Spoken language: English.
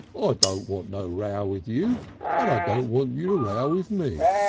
ah don't want no row with you, and i don't want you to row with me.